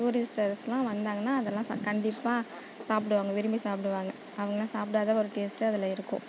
டூரிஸ்ட்டர்ஸ்லாம் வந்தாங்கன்னா அதெல்லாம் கண்டிப்பாக சாப்புடுவாங்க விரும்பி சாப்புடுவாங்க அவங்கெல்லாம் சாப்புடாத ஒரு டேஸ்ட்டு அதில் இருக்கும்